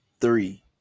three